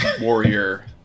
warrior